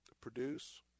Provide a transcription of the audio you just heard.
produce